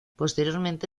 posteriormente